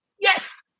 yes